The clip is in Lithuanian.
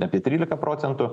apie tryliką procentų